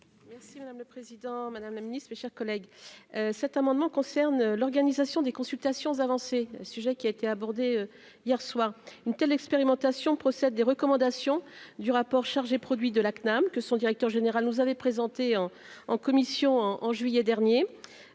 Merci madame le président, madame la Ministre, mes chers collègues, cet amendement concerne l'organisation des consultations avancées, sujet qui a été abordé hier soir une telle expérimentation procède des recommandations du rapport charges produit de la CNAM, que son directeur général nous avait présenté en en commission en en juillet dernier,